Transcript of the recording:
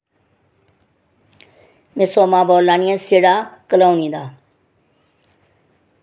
में सोमा बोल्ला नी आं सीढ़ा कलोनी दा